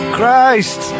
Christ